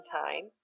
time